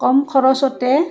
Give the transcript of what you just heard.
কম খৰচতে